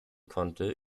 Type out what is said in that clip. konnte